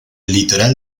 litoral